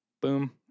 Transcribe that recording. boom